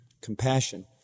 compassion